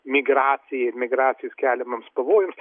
migracijai imigracijos keliamams pavojams